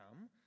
come